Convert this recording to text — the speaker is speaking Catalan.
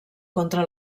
contra